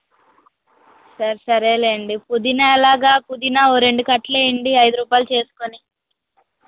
సరే సరేలేండి పుదీన ఎలాగ పుదీన ఓ రెండు కట్టలు వేయండి ఐదురూపాయలు చేసుకొని